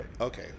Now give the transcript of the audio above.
Okay